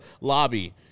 lobby